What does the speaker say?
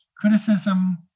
criticism